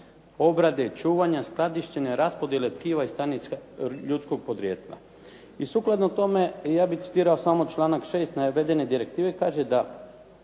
obrade, čuvanja, skladištenja, raspodjele tkiva i stanica ljudskog podrijetla. I sukladno tome ja bih citirao samo članak 6. navedene direktive, kaže da